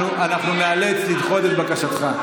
אנחנו ניאלץ לדחות את בקשתך.